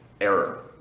error